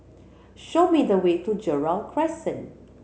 show me the way to Gerald Crescent